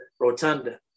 Rotunda